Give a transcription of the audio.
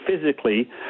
physically